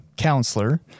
Counselor